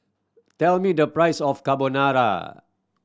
tell me the price of Carbonara